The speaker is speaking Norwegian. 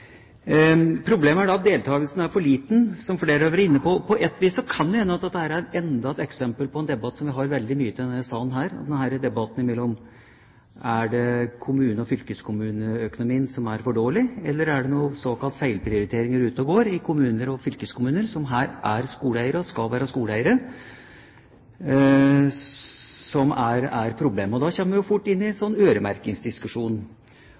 Problemet er da at deltakelsen er for liten, som flere har vært inne på. På et vis kan det jo hende at dette er enda et eksempel på en debatt som vi har veldig mange av i denne salen: Er det kommune- og fylkeskommuneøkonomien som er for dårlig? Eller er det noen såkalte feilprioriteringer som er ute og går i kommuner og fylkeskommuner – som her er, og skal være, skoleeiere – som er problemet? Da kommer vi fort inn i en